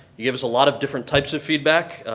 you gave us a lot of different types of feedback,